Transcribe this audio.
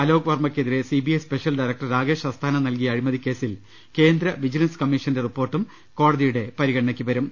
അലോക് വർമ്മക്കെതിരെ C B I special director Rakesh Asthana നൽകിയ അഴിമതിക്കേസിൽ കേന്ദ്ര വിജിലൻസ് കമ്മീഷന്റെ റിപ്പോർട്ടും കോടതിയുടെ പരി ഗണനയ്ക്ക് വരും